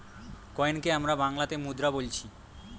কয়েনকে আমরা বাংলাতে মুদ্রা বোলছি